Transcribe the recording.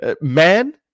man